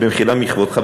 במחילה מכבודך,